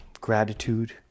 gratitude